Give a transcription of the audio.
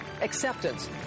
acceptance